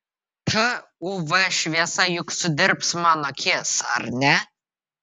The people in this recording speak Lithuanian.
ta uv šviesa juk sudirbs man akis ar ne